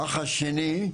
האח השני,